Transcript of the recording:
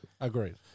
Agreed